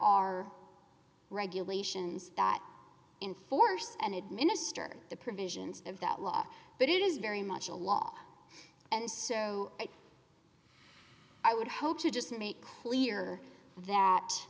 are regulations that in force and administer the provisions of that law but it is very much a law and so i would hope to just make clear that